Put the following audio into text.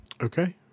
Okay